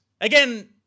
Again